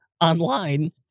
online